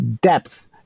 depth